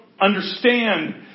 understand